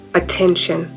attention